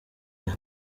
aya